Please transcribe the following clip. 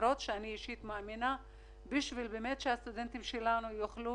אני מאמינה שבשביל שהסטודנטים שלנו ילמדו